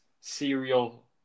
serial